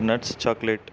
nuts chocolate